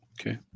Okay